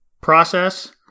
process